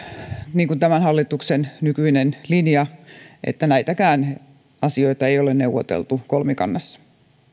niin kuin tämän hallituksen nykyinen linja on että näitäkään asioita ei ole neuvoteltu kolmikannassa